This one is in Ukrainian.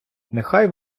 нехай